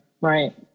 right